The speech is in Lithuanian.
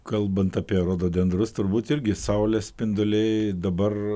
kalbant apie rododendrus turbūt irgi saulės spinduliai dabar